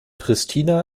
pristina